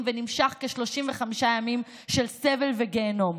ונמשך כ-35 ימים של סבל וגיהינום,